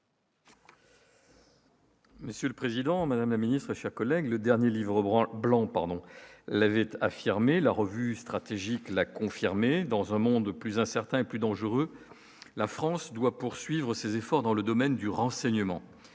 Monsieur le Président, Madame la Ministre, chaque Oleg, le dernier livre Brandt blanc, pardon la vite affirmé la revue stratégique, l'a confirmé dans un monde de plus incertain, plus dangereuse, la France doit poursuivre ses efforts dans le domaine du renseignement,